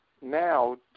now